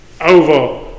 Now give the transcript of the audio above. over